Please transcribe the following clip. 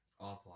Offline